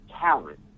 talent